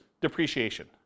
depreciation